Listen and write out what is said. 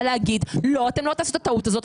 לומר: אתם לא יכולים לעשות את הטעות הזו,